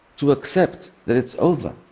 to accept that it's over.